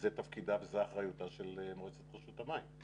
זה תפקידה וזו אחריותה של מועצת רשות המים.